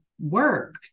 work